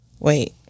Wait